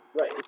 Right